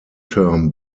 term